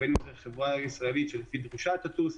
ובין אם זה חברה ישראלית שלפי דרישה תטוס,